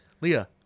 Leah